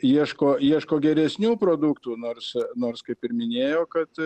ieško ieško geresnių produktų nors nors kaip ir minėjo kad